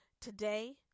Today